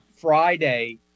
Friday